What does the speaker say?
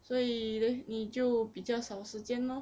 所以 leh 你就比较少时间 lor